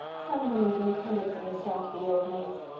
some women's intended from the start to be old maids,